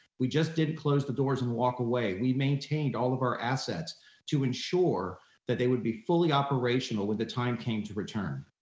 we just didn't close the doors and walk away, we maintained all of our assets to ensure that they would be fully operational when the time came to return.